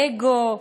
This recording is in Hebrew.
אגו,